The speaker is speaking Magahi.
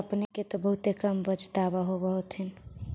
अपने के तो बहुते कम बचतबा होब होथिं?